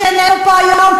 שאיננו פה עכשיו,